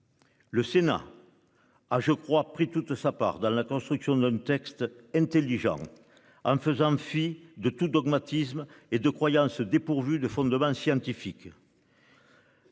Le Sénat. A je crois pris toute sa part dans la construction d'un texte intelligent en faisant fi de tout dogmatisme et de croyances dépourvue de fondement scientifique.